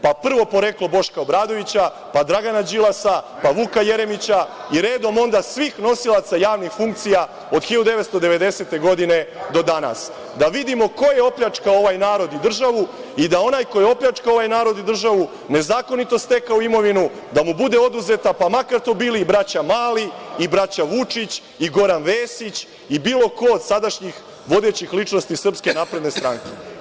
Pa, prvo poreklo Boška Obradovića, pa Dragana Đilasa, pa Vuka Jeremića i redom onda svih nosilaca javnih funkcija od 1990. godine do danas, da vidimo ko je opljačkao ovaj narod i državu i da onaj ko je opljačkao ovaj narod i državu, nezakonito stekao imovinu, da mu bude oduzeta, pa makar to bili i braća Mali i braća Vučić i Goran Vesić i bilo ko od sadašnjih vodećih ličnosti iz SNS.